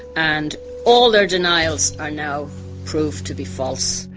and all their denials are now proved to be false.